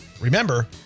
Remember